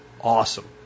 awesome